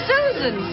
Susan